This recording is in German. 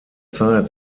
zeit